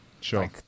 Sure